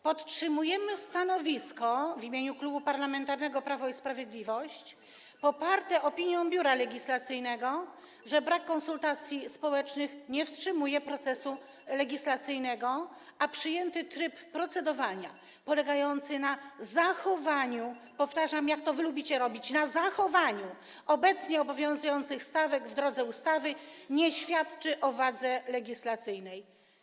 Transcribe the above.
Podtrzymujemy w imieniu Klubu Parlamentarnego Prawo i Sprawiedliwość stanowisko, poparte opinią Biura Legislacyjnego, że brak konsultacji społecznych nie wstrzymuje procesu legislacyjnego, a przyjęty tryb procedowania, polegający na zachowaniu - powtarzam, jak to wy lubicie robić: zachowaniu - obecnie obowiązujących stawek w drodze ustawy, nie świadczy o wadzie legislacyjnej.